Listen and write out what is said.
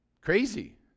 crazy